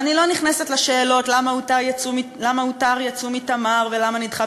ואני לא נכנסת לשאלות למה הותר ייצוא מ"תמר" ולמה נדחה